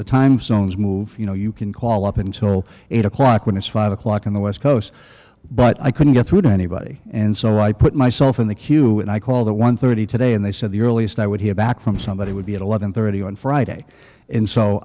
the time zones move you know you can call up until eight o'clock when it's five o'clock on the west coast but i couldn't get through to anybody and so right put myself in the queue and i called at one thirty today and they said the earliest i would hear back from somebody would be at eleven thirty on friday and so